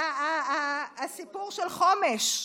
הסיפור של חומש.